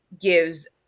gives